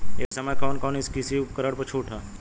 ए समय कवन कवन कृषि उपकरण पर छूट ह?